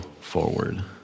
forward